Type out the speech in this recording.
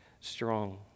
strong